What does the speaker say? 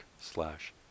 slash